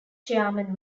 chairman